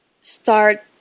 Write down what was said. start